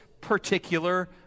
particular